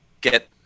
get